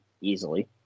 easily